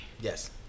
Yes